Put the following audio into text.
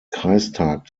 kreistag